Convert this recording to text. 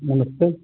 नमस्ते